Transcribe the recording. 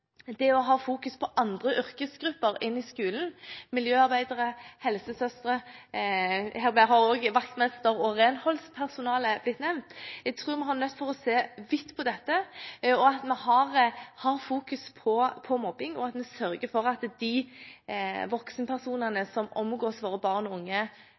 på å få andre yrkesgrupper inn i skolen som miljøarbeidere og helsesøstre – her har også vaktmester og renholdspersonalet blitt nevnt. Jeg tror vi er nødt til å se vidt på dette, fokusere på mobbing og sørge for at de voksenpersonene som omgås våre barn og unge